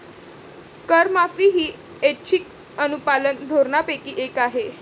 करमाफी ही ऐच्छिक अनुपालन धोरणांपैकी एक आहे